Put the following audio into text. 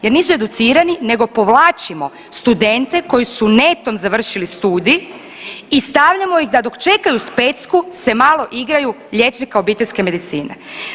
Jer nisu educirani nego povlačimo studente koji su netom završili studij i stavljamo ih da dok čekaju specku se malo igraju liječnika obiteljske medicine.